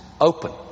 open